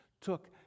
took